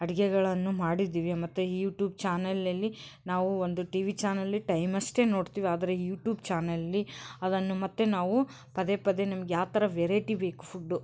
ಅಡುಗೆಗಳನ್ನು ಮಾಡಿದ್ದೀವಿ ಮತ್ತು ಯೂಟೂಬ್ ಚಾನಲಲ್ಲಿ ನಾವು ಒಂದು ಟಿವಿ ಚಾನಲಲ್ಲಿ ಟೈಮಷ್ಟೇ ನೋಡ್ತೀವಿ ಆದರೆ ಯೂಟೂಬ್ ಚಾನಲಲ್ಲಿ ಅದನ್ನು ಮತ್ತೆ ನಾವು ಪದೇ ಪದೇ ನಮ್ಗೆ ಯಾವ ಥರ ವೆರೈಟಿ ಬೇಕು ಫುಡ್ಡು